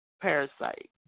parasite